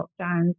lockdowns